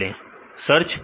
विद्यार्थी search with